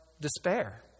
despair